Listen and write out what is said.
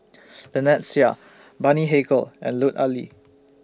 Lynnette Seah Bani Haykal and Lut Ali